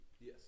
Yes